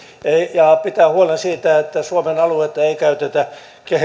ja pitää huolen siitä että suomen aluetta ei ei käytetä